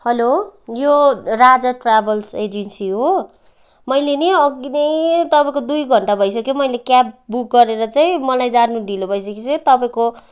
hello यो Raja travels agency हो मैले नि अघि नै तपाईँको दुई घन्टा भइसक्यो मैले क्याब बुक गरेर केही मलाई जानु ढिलो भइसकिसक्यो तपाईँको